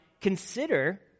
consider